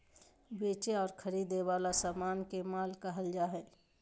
बेचे और खरीदे वला समान के माल कहल जा हइ